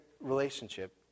relationship